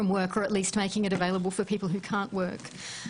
להפוך אותו זמין לאנשים שלא יכולים לעבוד.